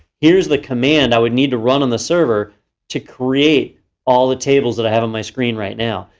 here's the command i would need to run on the server to create all the tables that i have on my screen right now.